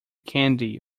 candy